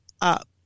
up